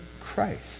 Christ